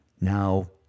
Now